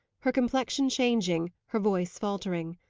her complexion changing, her voice faltering.